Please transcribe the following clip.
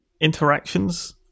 interactions